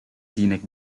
scenic